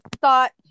thought